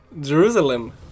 Jerusalem